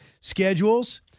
schedules